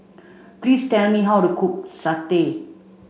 please tell me how to cook satay